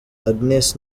agnes